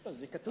זה כתוב.